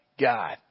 God